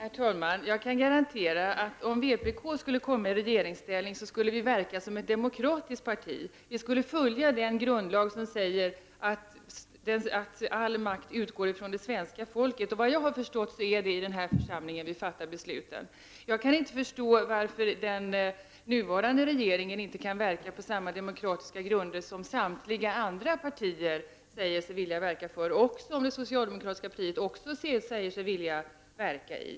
Herr talman! Jag kan garantera att om vpk skulle komma i regeringsställning, skulle vi verka som ett demokratiskt parti. Vi skulle följa grundlagsbe stämmelsen att all makt utgår från folket. Såvitt jag kan förstå är det i denna församling vi fattar besluten. Jag kan inte förstå varför den nuvarande regeringen inte kan verka på samma demokratiska grunder som samtliga partier, även det socialdemokratiska partiet, säger sig vilja verka på.